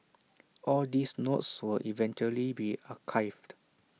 all these notes will eventually be archived